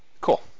Cool